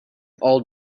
all